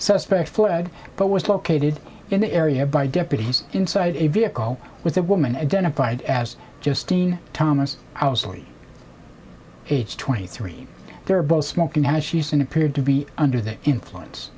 suspect fled but was located in the area by deputies inside a vehicle with a woman identified as just seen thomas owsley age twenty three they're both smoking and she's in appeared to be under the influence